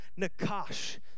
nakash